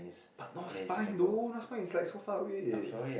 but no spine though non spine is like so far away